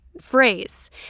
phrase